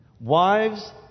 Wives